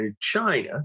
China